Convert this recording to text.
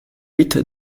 vite